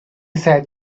sat